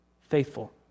faithful